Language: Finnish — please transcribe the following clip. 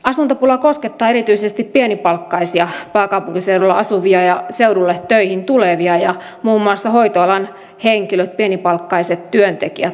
asuntopula koskettaa erityisesti pienipalkkaisia pääkaupunkiseudulla asuvia ja seudulle töihin tulevia ja muun muassa hoitoalan henkilöt pienipalkkaiset työntekijät ovat heitä